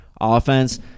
offense